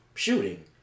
Shooting